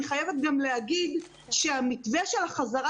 אני חייבת גם להגיד שהמתווה של החזרה